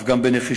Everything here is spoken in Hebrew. אך גם בנחישות,